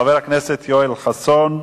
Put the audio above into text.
חבר הכנסת יואל חסון,